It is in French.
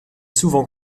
souvent